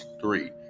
three